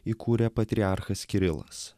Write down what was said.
įkūrė patriarchas kirilas